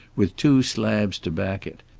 with two slabs to back it,